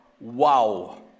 wow